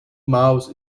mouse